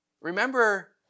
Remember